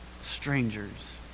strangers